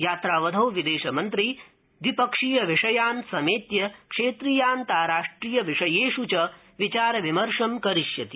यात्रावधौ विदेशमन्त्री द्विपक्षीयविषयान समेत्य क्षेत्रीयान्ताराष्टिय विषयेष् विचार विमर्शं करिष्यति